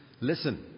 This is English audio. listen